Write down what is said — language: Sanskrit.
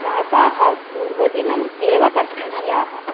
शाकाः पूर्वदिनम् एव कर्तनीयाः